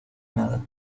nada